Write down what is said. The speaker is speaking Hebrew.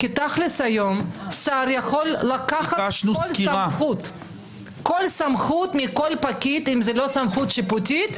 תכל'ס היום שר יכול לקחת כל סמכות מכל פקיד אם זו לא סמכות שיפוטית,